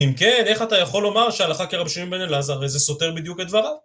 אם כן, איך אתה יכול לומר שהלכה כרב שמעון בן אלעזר וזה סותר בדיוק את דבריו?